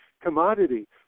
commodity